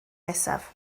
nesaf